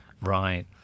Right